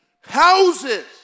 Houses